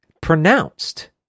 pronounced